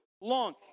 long